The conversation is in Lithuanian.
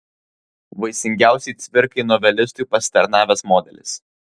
vaisingiausiai cvirkai novelistui pasitarnavęs modelis